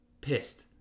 pissed